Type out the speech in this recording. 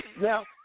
Now